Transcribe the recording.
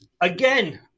Again